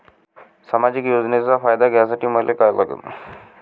सामाजिक योजनेचा फायदा घ्यासाठी मले काय लागन?